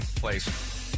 place